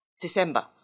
December